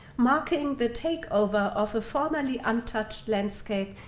marking the takeover of a formerly untouched landscape,